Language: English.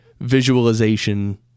visualization